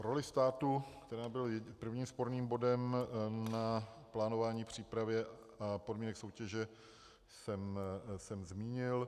Roli státu, která byla prvním sporným bodem na plánování a přípravě podmínek soutěže, jsem zmínil.